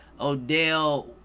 odell